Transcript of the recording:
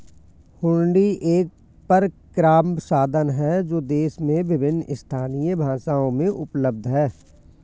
हुंडी एक परक्राम्य साधन है जो देश में विभिन्न स्थानीय भाषाओं में उपलब्ध हैं